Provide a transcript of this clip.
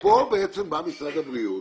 פה בעצם בא משרד הבריאות